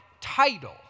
title